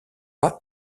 pas